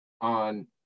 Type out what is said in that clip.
on